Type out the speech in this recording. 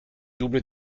double